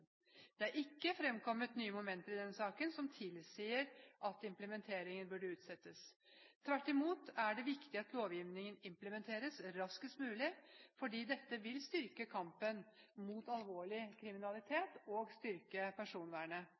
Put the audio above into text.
Det er ikke fremkommet nye momenter i denne saken som tilsier at implementeringen burde utsettes. Tvert imot er det viktig at lovgivningen implementeres raskest mulig, fordi dette vil styrke kampen mot alvorlig kriminalitet, og styrke personvernet.